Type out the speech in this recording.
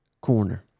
corner